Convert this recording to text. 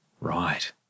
Right